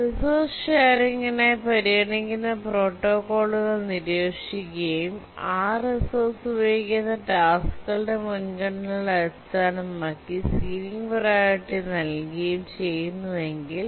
resource ഷെയറിംഗിനായി പരിഗണിക്കുന്ന പ്രോട്ടോക്കോളുകൾ നിരീക്ഷിക്കുകയും ആ റിസോഴ്സ് ഉപയോഗിക്കുന്ന ടാസ്ക്കുകളുടെ മുൻഗണനകളെ അടിസ്ഥാനമാക്കി സീലിംഗ് പ്രിയോറിറ്റി നൽകുകയും ചെയ്യുന്നുവെങ്കിൽ